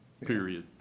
Period